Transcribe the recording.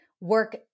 work